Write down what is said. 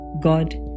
God